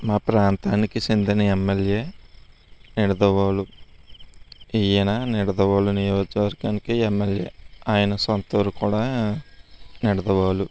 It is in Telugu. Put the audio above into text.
మా ప్రాంతానికి చెందిన ఎమ్మెల్యే నిడదవోలు ఈయన నిడదవోలు నియోజకవర్గానికి ఎమ్మెల్యే ఆయన సొంతూరు కూడా నిడదవోలు